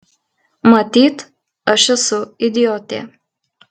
matyt aš esu idiotė